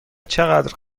چقدر